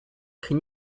can